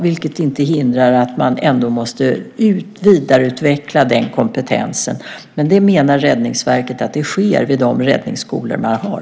Det hindrar inte att man ändå måste vidareutveckla den kompetensen, men det menar Räddningsverket sker vid de räddningsskolor man har.